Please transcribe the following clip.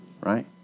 right